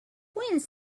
whens